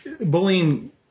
Bullying